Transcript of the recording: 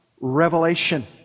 revelation